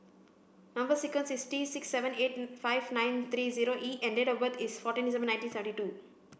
number sequence is T six seven eight five nine three zero E and date of birth is fourteen December nineteen thirty two